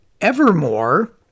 Evermore